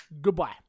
goodbye